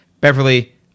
Beverly